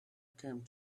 came